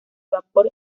vapor